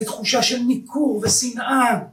תחושה של ניכור ושנאה